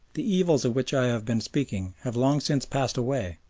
the evils of which i have been speaking have long since passed away,